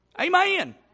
Amen